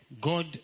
God